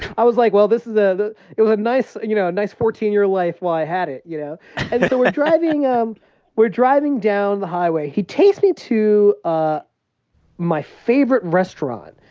i was like, well, this is a it was nice you know, a nice fourteen year life while i had it, you know and so we're driving um we're driving down the highway. he takes me to ah my favorite restaurant,